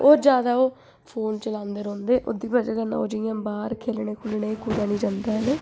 ओह् जैदा ओह् फोन चलांदे रौंह्दे ओह्दी बजह कन्नै ओह् जि'यां बाह्र खेलने खुलने गी कुतै निं जंदे